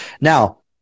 Now